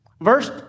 Verse